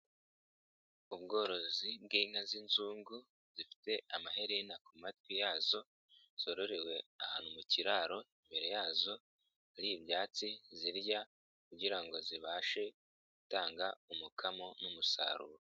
Ubworozi bw'inka z'inzungu zifite amaherena ku matwi yazo, zororewe ahantu mu kiraro, imbere yazo hari ibyatsi zirya kugira ngo zibashe gutanga umukamo n'umusaruro.